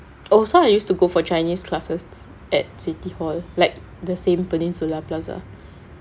also I used to go for chinese classes at city hall like the same peninsula plaza